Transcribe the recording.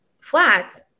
flats